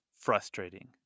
frustrating